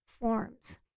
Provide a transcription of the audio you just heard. forms